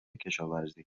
کشاورزی